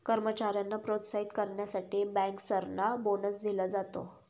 कर्मचाऱ्यांना प्रोत्साहित करण्यासाठी बँकर्सना बोनस दिला जातो